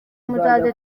muzaze